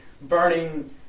burning